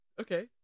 Okay